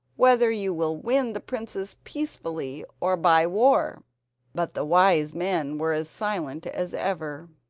whether you will win the princess peacefully or by war but the wise men were as silent as ever.